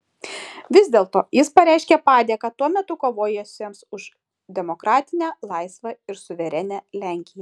vis dėlto jis pareiškė padėką tuo metu kovojusiems už demokratinę laisvą ir suverenią lenkiją